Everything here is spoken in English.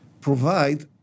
provide